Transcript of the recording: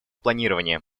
планирования